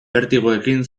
bertigoekin